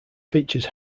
features